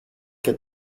και